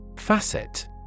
Facet